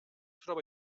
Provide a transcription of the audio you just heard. trobe